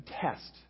test